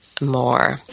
More